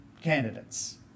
candidates